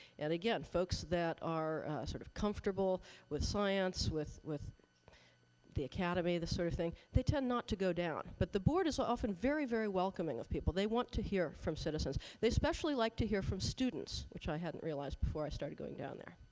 and again, folks that are sort of comfortable with science, with with the academy, that sort of thing, they tend not to go down. but the board is often very, very welcoming of people. they want to hear from citizens. they especially like to hear from students, which i hadn't realized before i started going down there.